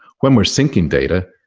when we're synching data,